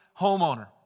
homeowner